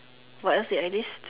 what else did I list